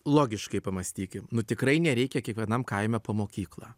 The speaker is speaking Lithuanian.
logiškai pamąstykim nu tikrai nereikia kiekvienam kaime po mokyklą